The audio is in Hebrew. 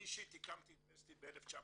אני אישית הקמתי את וסטי ב-1992.